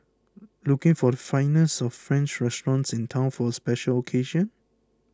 looking for the finest of French restaurants in town for a special occasion